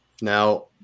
Now